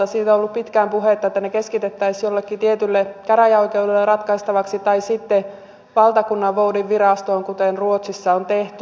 siitä on ollut pitkään puhetta että ne keskitettäisiin jollekin tietylle käräjäoikeudelle ratkaistavaksi tai sitten valtakunnanvoudinvirastoon kuten ruotsissa on tehty